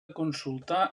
consultar